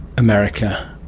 america,